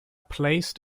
placed